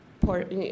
port